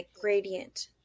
gradient